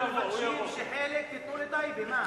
אנחנו מבקשים שחלק תיתנו לטייבה.